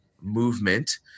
movement